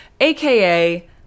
aka